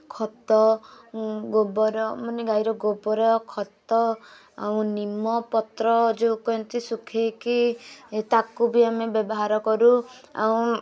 ଖତ ଗୋବର ମାନେ ଗାଈର ଗୋବର ଖତ ଆଉ ନିମପତ୍ର ଯେଉଁ କେମିତି ଶୁଖାଇକି ତାକୁ ବି ଆମେ ବ୍ୟବହାର କରୁ ଆଉ